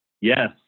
yes